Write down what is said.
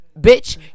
bitch